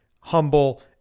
humble